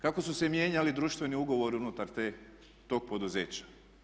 Kako su mijenjali društveni ugovori unutar tog poduzeća?